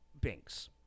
Binks